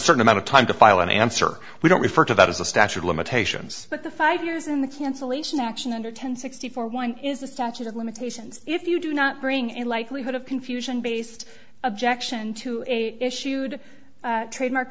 certain amount of time to file an answer we don't refer to that as a statute of limitations but the five years in the cancellation action under ten sixty four one is the statute of limitations if you do not bring a likelihood of confusion based objection to issued trademark